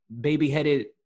baby-headed